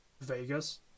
Vegas